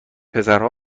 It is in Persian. پسرها